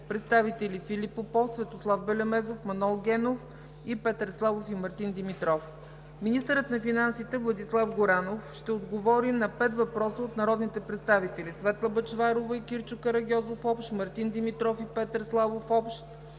представители Филип Попов; Светослав Белемезов; Манол Генов; и Петър Славов и Мартин Димитров. 5. Министърът на финансите Владислав Горанов ще отговори на пет въпроса от народните представители Светла Бъчварова и Кирчо Карагьозов – общ; Мартин Димитров и Петър Славов – общ;